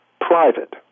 private